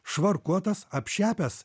švarkuotas apšepęs